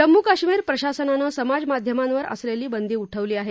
जम्मू काश्मीर प्रशासनानं समाज माध्यमांवर असलेली बंदी उठवली आहे